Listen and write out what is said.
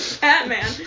batman